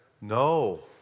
No